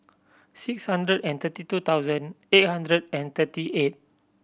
six hundred and thirty two thousand eight hundred and thirty eight